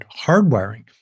hardwiring